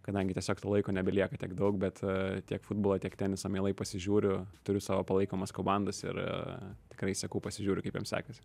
kadangi tiesiog to laiko nebelieka tiek daug bet tiek futbolą tiek tenisą mielai pasižiūriu turiu savo palaikomas komandas ir tikrai sakau pasižiūri kaip jom sekasi